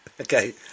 Okay